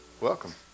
Welcome